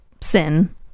sin